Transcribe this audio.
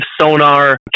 sonar